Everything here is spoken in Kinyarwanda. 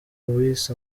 louis